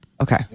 Okay